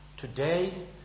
Today